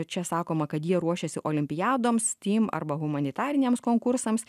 čia sakoma kad jie ruošiasi olimpiadoms steam arba humanitariniams konkursams